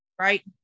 Right